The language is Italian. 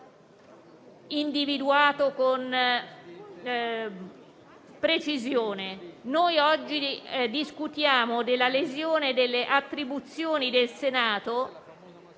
individuato con precisione. Oggi discutiamo della lesione delle attribuzioni del Senato,